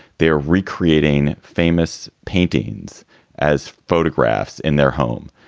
they're re-creating famous paintings as photographs in their home.